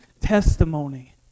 testimony